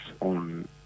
on